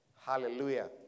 Hallelujah